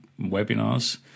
webinars